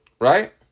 Right